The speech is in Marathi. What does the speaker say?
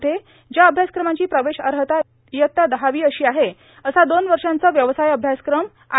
मध्ये ज्या अभ्यासक्रमांची प्रवेश अर्इता इयत्ता दहावी अशी आहे असा दोन वर्षाचा व्यवसाय अभ्यासक्रम आय